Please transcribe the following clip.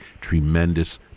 tremendous